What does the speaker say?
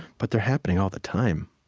but they're happening all the time